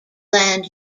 land